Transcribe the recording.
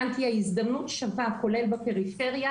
כאן תהיה הזדמנות שווה כולל בפריפריה,